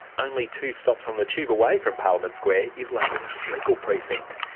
only two stops on the tube away from parliament square is london's legal precinct.